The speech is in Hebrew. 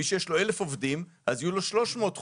מי שיש לו 1,000 עובדים יהיו לו 300 חולים.